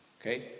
Okay